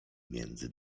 między